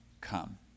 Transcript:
come